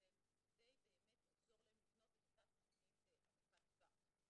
כדי לעזור להם לבנות להם את אותה תוכנית ארוכת טווח.